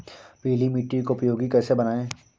पीली मिट्टी को उपयोगी कैसे बनाएँ?